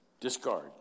discard